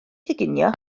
coginio